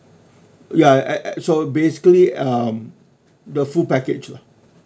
ya uh uh so basically um the full package lah